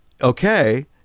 okay